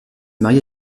marie